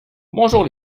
bonjour